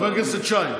חבר הכנסת שי.